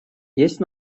есть